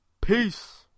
Peace